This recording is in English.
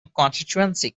constituency